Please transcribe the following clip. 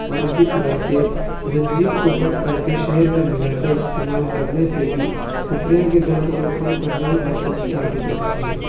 اور اسی طرح سے زنجیل کو کٹ کر کے شہد میں ملا کر استعمال کرنے سے بھی گٹھیا کے درد کو کم کرنے میں مدد ثابت ہوتی ہے